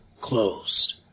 closed